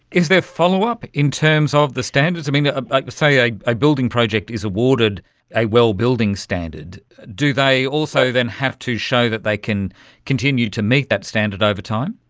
is there follow-up in terms of the standards? ah say, a building project is awarded a well building standard. do they also then have to show that they can continue to meet that standard over time?